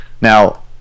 now